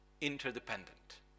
interdependent